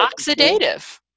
oxidative